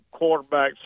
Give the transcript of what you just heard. quarterbacks